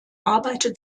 arbeitet